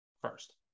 first